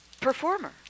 Performer